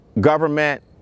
government